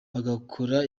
bagakora